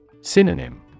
Synonym